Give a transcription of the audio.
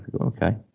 okay